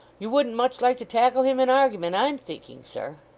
you wouldn't much like to tackle him in argeyment, i'm thinking, sir